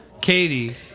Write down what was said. Katie